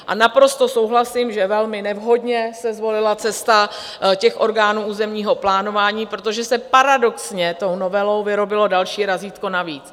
A naprosto souhlasím, že velmi nevhodně se zvolila cesta orgánů územního plánování, protože se paradoxně tou novelou vyrobilo další razítko navíc.